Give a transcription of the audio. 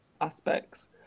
aspects